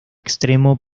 extremo